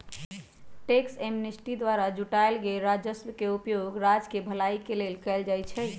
tax amnesty द्वारा जुटाएल गेल कर राजस्व के उपयोग राज्य केँ भलाई के लेल कएल जाइ छइ